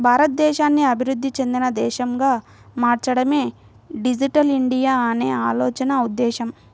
భారతదేశాన్ని అభివృద్ధి చెందిన దేశంగా మార్చడమే డిజిటల్ ఇండియా అనే ఆలోచన ఉద్దేశ్యం